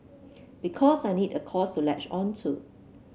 because I need a cause to latch on to